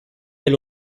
del